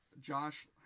Josh